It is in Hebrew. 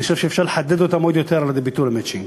אני חושב שאפשר לחדד אותן עוד יותר על-ידי ביטול המצ'ינג.